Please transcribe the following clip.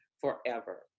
forever